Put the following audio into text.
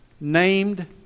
named